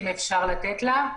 אם אפשר לתת לה.